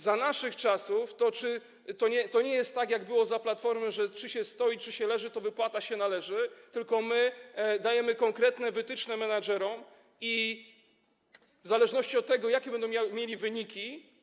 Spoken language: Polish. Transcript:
Za naszych czasów nie jest tak, jak było za Platformy, że czy się stoi, czy się leży, to wypłata się należy, tylko my dajemy konkretne wytyczne menedżerom i w zależności od tego, jakie będą mieli wyniki.